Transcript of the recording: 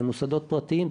זה מוסדות פרטיים,